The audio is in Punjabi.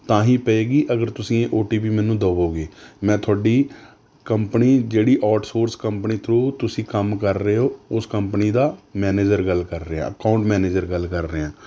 ਤਾਂ ਹੀ ਪਏਗੀ ਅਗਰ ਤੁਸੀਂ ਓ ਟੀ ਪੀ ਮੈਨੂੰ ਦਵੋਗੇ ਮੈਂ ਤੁਹਾਡੀ ਕੰਪਨੀ ਜਿਹੜੀ ਆਊਟਸੋਰਸ ਕੰਪਨੀ ਥਰੂ ਤੁਸੀਂ ਕੰਮ ਕਰ ਰਹੇ ਹੋ ਉਸ ਕੰਪਨੀ ਦਾ ਮੈਨੇਜਰ ਗੱਲ ਕਰ ਰਿਹਾ ਕੌਣ ਮੈਨੇਜਰ ਗੱਲ ਕਰ ਰਿਹਾ